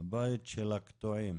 הבית של הקטועים.